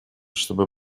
чтобы